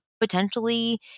potentially